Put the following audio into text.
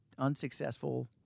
unsuccessful